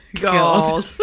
God